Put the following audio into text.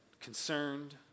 concerned